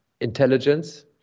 intelligence